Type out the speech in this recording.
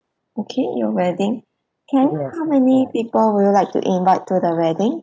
okay your wedding can I know how many people would you like to invite to the wedding